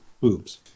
boobs